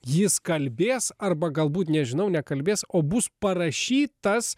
jis kalbės arba galbūt nežinau nekalbės o bus parašytas